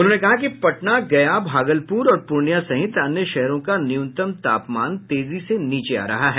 उन्होंने कहा कि पटना गया भागलपुर और पूर्णिया सहित अन्य शहरों का न्यूनतम तापमान तेजी से नीचे आ रहा है